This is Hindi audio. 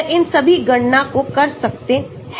तो यह इन सभी गणना को कर सकते हैं